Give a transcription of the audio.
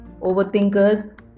Overthinkers